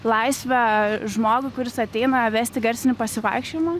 laisvę žmogui kuris ateina vesti garsinį pasivaikščiojimą